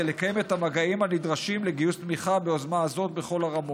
כדי לקיים את המגעים הנדרשים לגיוס תמיכה ביוזמה הזאת בכל הרמות.